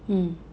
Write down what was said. mm